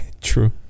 True